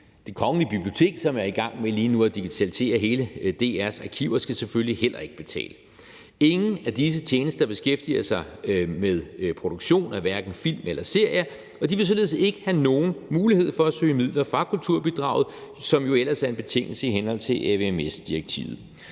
Det Kongelige Bibliotek, som lige nu er i gang med at digitalisere hele DR's arkiver, skal selvfølgelig heller ikke betale. Ingen af disse tjenester beskæftiger sig med produktion af hverken film eller serier, og de vil således ikke have nogen mulighed for at søge midler fra kulturbidraget, som jo ellers er en betingelse i henhold til AVMS-direktivet.